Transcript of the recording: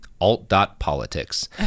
alt.politics